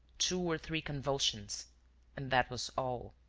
two or three convulsions and that was all.